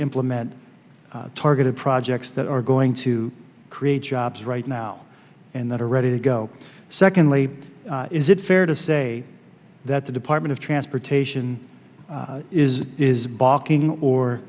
implement targeted projects that are going to create jobs right now and that are ready to go secondly is it fair to say that the department of transportation is is balking or